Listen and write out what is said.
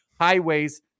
highways